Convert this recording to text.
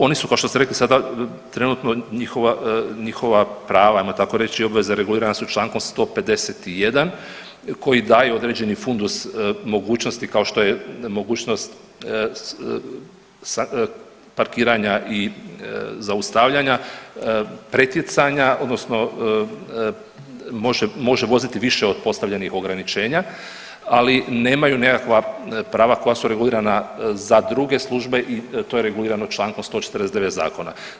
Oni su kao što ste rekli sada trenutno njihova prava ajmo tako reći i obveze regulirana su čl. 151. koji daje određeni fundus mogućnosti kao što je mogućnost parkiranja i zaustavljanja, pretjecanja odnosno može voziti više od postavljenih ograničenja, ali nemaju nekakva prava koja su regulirana za druge službe i to je regulirano čl. 149. zakona.